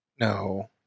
No